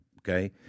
okay